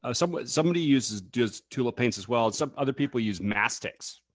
ah somebody somebody uses just tulip paints as well, so other people use mastix.